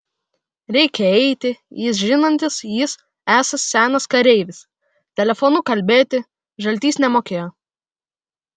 reikią eiti jis žinantis jis esąs senas kareivis telefonu kalbėti žaltys nemokėjo